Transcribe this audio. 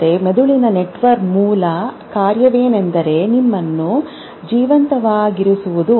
ಆದ್ದರಿಂದ ಮೆದುಳಿನ ನೆಟ್ವರ್ಕ್ನ ಮೂಲ ಕಾರ್ಯವೆಂದರೆ ನಿಮ್ಮನ್ನು ಜೀವಂತವಾಗಿರಿಸುವುದು